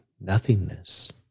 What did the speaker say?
nothingness